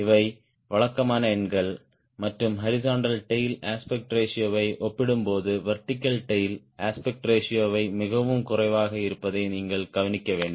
இவை வழக்கமான எண்கள் மற்றும் ஹாரிஸ்ன்ட்டல் டேய்ல் அஸ்பெக்ட் ரேஷியோ வை ஒப்பிடும்போது வெர்டிகல் டேய்ல் அஸ்பெக்ட் ரேஷியோ வை மிகவும் குறைவாக இருப்பதை நீங்கள் கவனிக்க வேண்டும்